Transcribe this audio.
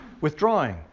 withdrawing